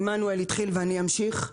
עמנואל התחיל ואני אמשיך,